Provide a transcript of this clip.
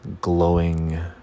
glowing